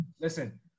Listen